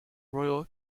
royal